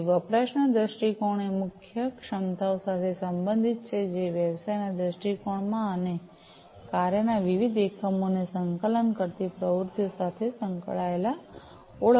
તેથી વપરાશના દૃષ્ટિકોણ એ મુખ્ય ક્ષમતાઓ સાથે સંબંધિત છે જે વ્યવસાયના દૃષ્ટિકોણમાં અને કાર્યના વિવિધ એકમોને સંકલન કરતી પ્રવૃત્તિઓ સાથે ઓળખવામાં આવે છે